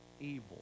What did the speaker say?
evil